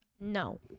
No